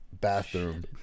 bathroom